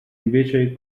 invece